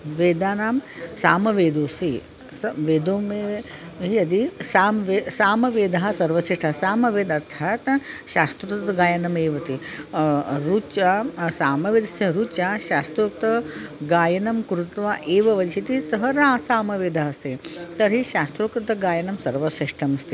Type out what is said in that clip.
वेदानां सामवेदोसि स वेदोमे हि यदि साम्वे सामवेदः सर्वश्रेष्ठः सामवेदः अर्थात् शास्त्रोक्तगायनमेव ते ऋचां सामवेदस्य ऋचा शास्त्रोक्तगायनं कृत्वा एव वक्षति सः रा सामवेदः अस्ति तर्हि शास्त्रोक्तगायनं सर्वश्रेष्ठमस्ति